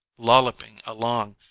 lolloping along,